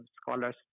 scholars